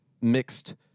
mixed